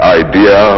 idea